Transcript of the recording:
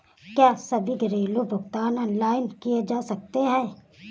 क्या सभी घरेलू भुगतान ऑनलाइन किए जा सकते हैं?